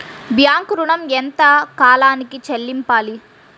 Bank ఋణం ఎంత కాలానికి చెల్లింపాలి?